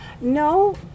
No